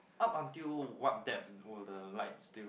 up until one deaf was the light still